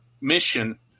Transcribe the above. mission